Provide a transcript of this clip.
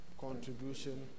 contribution